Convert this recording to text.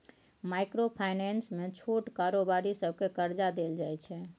micro finance मे छोट कारोबारी सबकेँ करजा देल जाइ छै